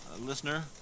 listener